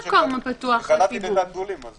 קלעתי לדעת גדולים.